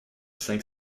cinq